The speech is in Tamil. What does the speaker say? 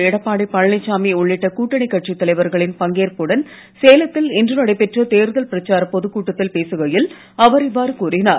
எடப்பாடி பழனிசாமி உள்ளிட்ட கூட்டணிக் கட்சித் தலைவர்களின் பங்கேற்புடன் சேலத்தில் இன்று நடைபெற்ற தேர்தல் பிரச்சாரப் பொதுக் கூட்டத்தில் பேசுகையில் அவர் இவ்வாறு கூறினார்